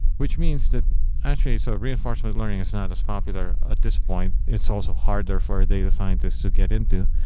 which means that actually, so reinforcement learning is not as popular at this point. it's also harder for a data scientist to get into.